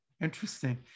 Interesting